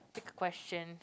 question